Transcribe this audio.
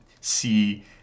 see